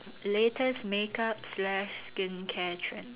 latest makeup slash skincare trend